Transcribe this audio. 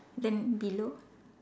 then below